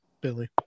Billy